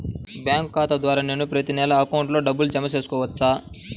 Bank ఖాతా ద్వారా నేను ప్రతి నెల అకౌంట్లో డబ్బులు జమ చేసుకోవచ్చా?